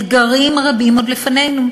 אתגרים רבים עוד לפנינו: